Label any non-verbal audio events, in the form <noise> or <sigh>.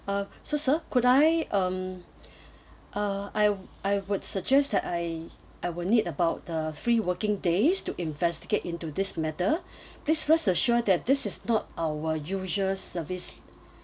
uh so sir could I um <breath> uh I I would suggest that I I will need about uh three working days to investigate into this matter <breath> please rest assure that this is not our usual service